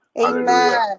amen